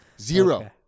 Zero